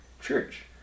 church